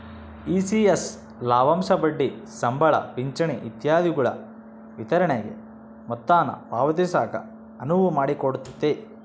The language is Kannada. ಇ.ಸಿ.ಎಸ್ ಲಾಭಾಂಶ ಬಡ್ಡಿ ಸಂಬಳ ಪಿಂಚಣಿ ಇತ್ಯಾದಿಗುಳ ವಿತರಣೆಗೆ ಮೊತ್ತಾನ ಪಾವತಿಸಾಕ ಅನುವು ಮಾಡಿಕೊಡ್ತತೆ